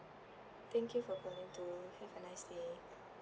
thank you for calling too have a nice day